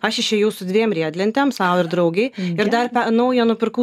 aš išėjau su dviem riedlentėm sau ir draugei ir dar naują nupirkau